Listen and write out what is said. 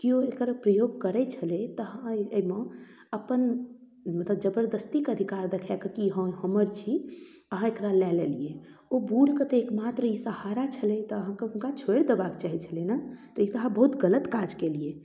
केओ एकर प्रयोग करै छलै तऽ अहाँ अइमे अपन मतलब जबरदस्तीके अधिकार देखाकऽ की हँ हमर छी अहाँ एकरा लए लेलियै ओ बूढ़के तऽ एक मात्र ई सहारा छलै तऽ अहाँके हुनका छोड़ि देबऽके चाही छलै ने तऽ ई तऽ अहाँ बहुत गलत काज कयलियै